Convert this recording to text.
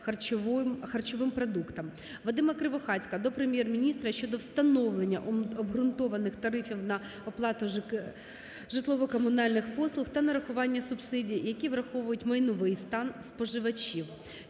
Вадима Кривохатька до Прем'єр-міністра щодо встановлення обґрунтованих тарифів на оплату житлово-комунальних послуг та нарахування субсидій, які враховують майновий стан споживачів.